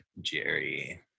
Jerry